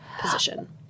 position